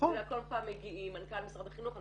עוד פעם מגיעים מנכ"ל משרד החינוך,